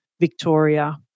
Victoria